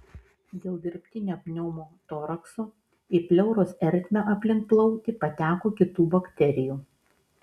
dėl dirbtinio pneumotorakso į pleuros ertmę aplink plautį pateko kitų bakterijų